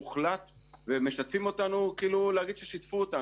הוחלט ומשתפים אותנו כדי לומר ששיתפו אותנו.